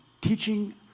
teaching